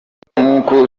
nkuko